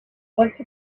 once